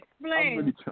Explain